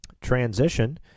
transition